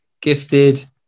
Gifted